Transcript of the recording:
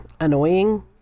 annoying